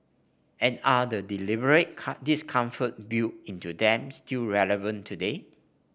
and are the deliberate discomforts built into them still relevant today